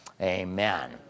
amen